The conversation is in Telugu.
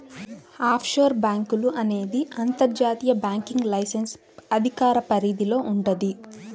ఆఫ్షోర్ బ్యేంకులు అనేది అంతర్జాతీయ బ్యాంకింగ్ లైసెన్స్ అధికార పరిధిలో వుంటది